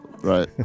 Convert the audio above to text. Right